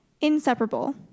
inseparable